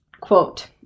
Quote